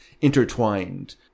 intertwined